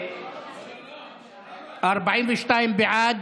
42 בעד,